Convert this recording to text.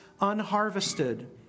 unharvested